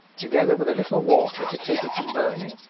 together with a little water to keep it from burning,